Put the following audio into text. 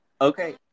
Okay